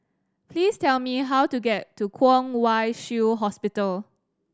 please tell me how to get to Kwong Wai Shiu Hospital